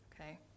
Okay